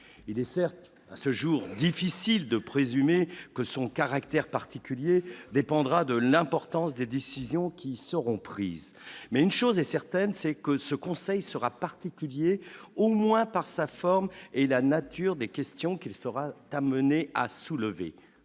il est certes à ce jour, difficile de présumer que son caractère particulier dépendra de l'importance des décisions qui seront prises, mais une chose est certaine, c'est que ce conseil sera particulier au moins par sa forme et la nature des questions qu'il sera amené à soulever